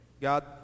God